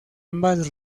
ambas